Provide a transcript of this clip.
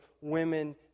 women